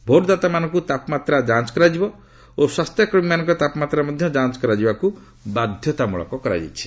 ଭୋଟଦାତାମାନଙ୍କୁ ତାପମାତ୍ରା ଯାଞ୍ଚ କରାଯିବ ଏବଂ ସ୍ୱାସ୍ଥ୍ୟକର୍ମୀମାନଙ୍କର ତାପମାତ୍ରା ମଧ୍ୟ ଯାଞ୍ଚ କରାଯିବାକୁ ବାଧ୍ୟତାମୂଳକ କରାଯାଇଛି